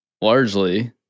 largely